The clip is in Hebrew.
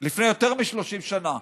לפני יותר מ-30 שנה.